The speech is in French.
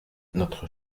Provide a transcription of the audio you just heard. notre